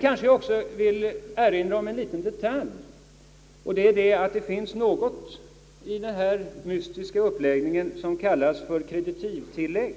Jag vill sedan erinra om en liten detalj, nämligen att det finns något i denna mystiska uppläggning som kallas för kreditivtillägg